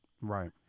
right